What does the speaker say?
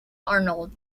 arnold